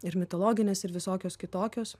ir mitologinės ir visokios kitokios